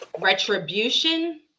retribution